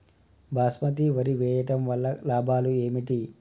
బాస్మతి వరి వేయటం వల్ల లాభాలు ఏమిటి?